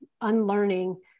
unlearning